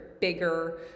bigger